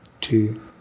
two